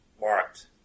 marked